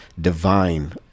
divine